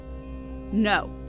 No